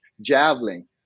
javelin